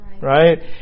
right